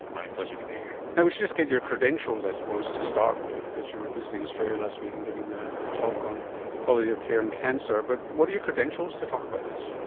my pleasure to be here. but we should just get your credentials i suppose to start with because you were visiting australia last week and giving a talk on quality of care and cancer. but what are your credentials to talk about this?